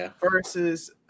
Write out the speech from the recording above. versus